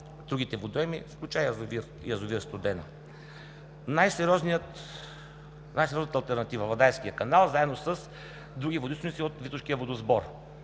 другите водоеми, включая и язовир „Студена“. Най-сериозната алтернатива е Владайският канал, заедно с други водоизточници от Витошкия водосбор.